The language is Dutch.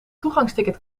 toegangsticket